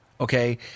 Okay